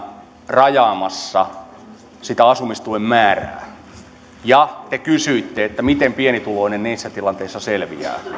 rajaamassa sitä asumistuen määrää ja te kysyitte miten pienituloinen niissä tilanteissa selviää